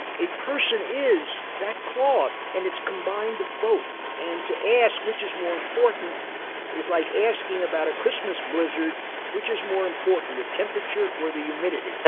a person is that cloth and it's combined of both and to ask which is more important is like asking about a christmas blizzard which is more important the temperature or the humidity?